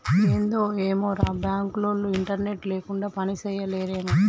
ఏందో ఏమోరా, బాంకులోల్లు ఇంటర్నెట్ లేకుండ పనిజేయలేరేమో